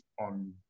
on